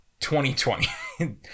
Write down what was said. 2020